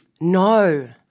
No